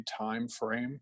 timeframe